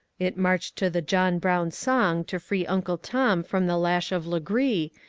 it marched to the john brown song to free uncle tom from the lash of legree,